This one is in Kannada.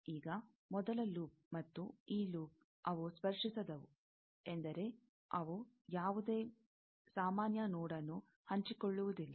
ಈಗ ಮೊದಲ ಲೂಪ್ ಮತ್ತು ಈ ಲೂಪ್ ಅವು ಸ್ಪರ್ಶಿಸದವು ಎಂದರೆ ಅವು ಯಾವುದೇ ಸಾಮಾನ್ಯ ನೋಡ್ನ್ನು ಹಂಚಿಕೊಳ್ಳುವುದಿಲ್ಲ